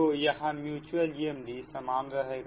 तो यहां mutual GMD सामान रहेगा